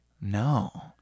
No